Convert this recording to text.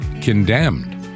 condemned